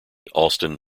alston